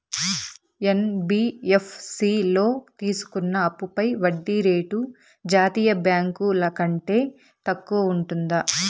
NBFC లో తీసుకున్న అప్పుపై వడ్డీ రేటు జాతీయ బ్యాంకు ల కంటే తక్కువ ఉంటుందా?